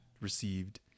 received